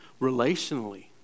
relationally